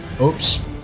Oops